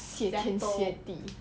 ja do